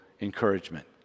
encouragement